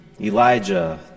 Elijah